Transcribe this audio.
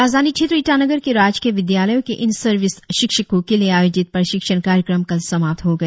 राजधानी क्षेत्र ईटानगर के राजकीय विद्यालयों के इन सर्विस शिक्षको के लिए आयोजित प्रशिक्षण कार्यक्रम कल समप्त हो गया